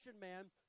man